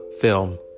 film